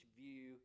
view